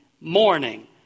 morning